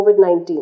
COVID-19